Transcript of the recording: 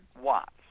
watts